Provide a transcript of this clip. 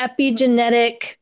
epigenetic